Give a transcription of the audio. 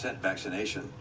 vaccination